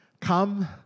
Come